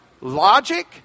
logic